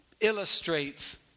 illustrates